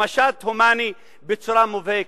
ובמשט הומני בצורה מובהקת.